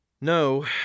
No